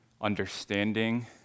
understanding